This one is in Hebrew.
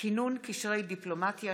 כינון קשרי דיפלומטיה,